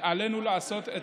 ועלינו לעשות,